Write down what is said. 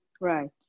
Right